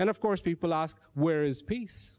and of course people ask where is peace